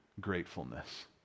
gratefulness